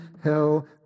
hell